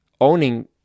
owning